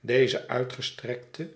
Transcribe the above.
deze uitgestrekte